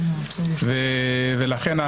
לכן,